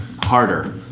harder